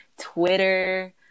twitter